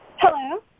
Hello